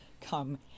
Come